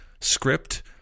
script –